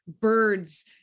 birds